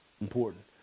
important